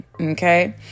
okay